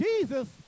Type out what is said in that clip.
Jesus